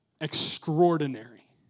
extraordinary